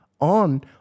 on